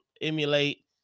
emulate